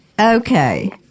Okay